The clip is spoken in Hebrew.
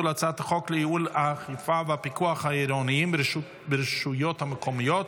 הצעת חוק לייעול האכיפה והפיקוח העירוניים ברשויות המקומיות